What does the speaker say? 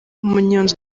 umunyonzi